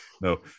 No